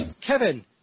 Kevin